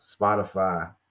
Spotify